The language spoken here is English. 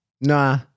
Nah